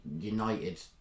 United